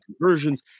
conversions